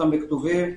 בכתובים,